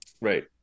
Right